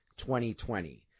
2020